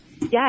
Yes